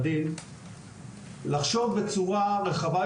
לחשוב בצורה רחבה יותר ויצירתית יותר